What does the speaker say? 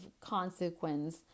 consequence